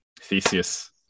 Theseus